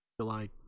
July